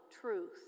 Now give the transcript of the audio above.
truth